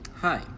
Hi